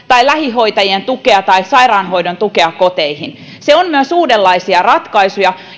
tai lähihoitajien tukea tai sairaanhoidon tukea koteihin se on myös uudenlaisia ratkaisuja